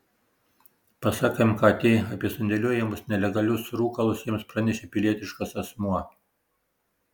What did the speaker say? pasak mkt apie sandėliuojamus nelegalius rūkalus jiems pranešė pilietiškas asmuo